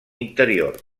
interior